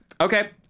Okay